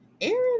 Aaron